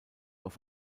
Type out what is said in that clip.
auf